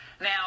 Now